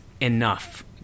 enough